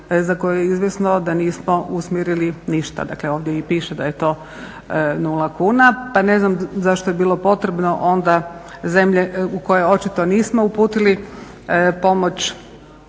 za koju je izvjesno da nismo usmjerili ništa. Dakle, ovdje i piše da je to nula kuna, pa ne znam zašto je bilo potrebno onda zemlje u koje očito nismo uputili pomoć